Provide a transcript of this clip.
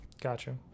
gotcha